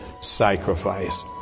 sacrifice